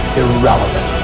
irrelevant